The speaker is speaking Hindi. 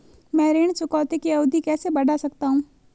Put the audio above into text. मैं ऋण चुकौती की अवधि कैसे बढ़ा सकता हूं?